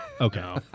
Okay